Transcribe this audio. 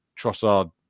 Trossard